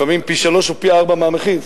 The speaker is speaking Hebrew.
לפעמים פי-שלושה ופי-ארבעה מהמחיר.